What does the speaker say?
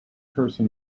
person